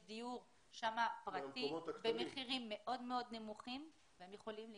יש דיור פרטי במחירים מאוד מאוד נמוכים והם יכולים להסתדר.